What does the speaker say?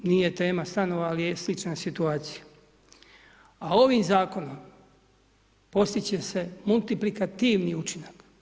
Nije tema stanova, ali je slična situacija, a ovim zakonom postiti će se multiplikativni učinak.